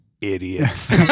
idiots